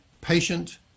patient